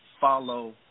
follow